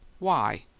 why?